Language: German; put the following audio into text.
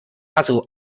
hasso